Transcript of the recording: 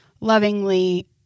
lovingly